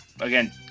again